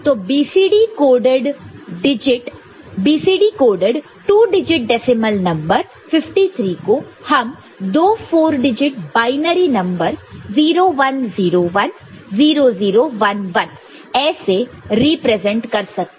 तो BCD coded 2 digit decimal number 53 को हम दो 4 डिजिट बायनरी नंबर 0 1 0 1 0 0 1 1 ऐसे रिप्रेजेंट कर सकते हैं